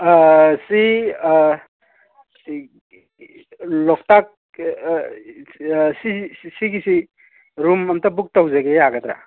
ꯁꯤ ꯂꯣꯛꯇꯥꯛ ꯁꯤꯒꯤꯁꯤ ꯔꯨꯝ ꯑꯃꯇ ꯕꯨꯛ ꯇꯧꯖꯒꯦ ꯌꯥꯒꯗ꯭ꯔ